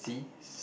see